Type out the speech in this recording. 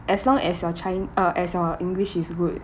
as long as your chin~ uh as your english is good